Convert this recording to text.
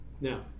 Now